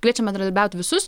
kviečiame bendradarbiauti visus